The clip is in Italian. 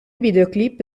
videoclip